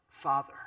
Father